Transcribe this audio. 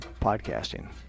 podcasting